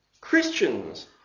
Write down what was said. Christians